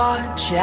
Watch